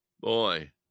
boy